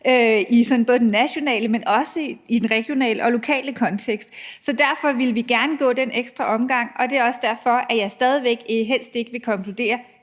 både i den nationale, men også i den regionale og lokale kontekst. Så derfor ville vi gerne gå den ekstra omgang, og det er også derfor, jeg stadig væk helst ikke vil konkludere